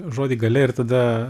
žodį galia ir tada